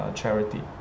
charity